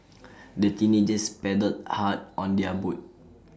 the teenagers paddled hard on their boat